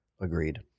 Agreed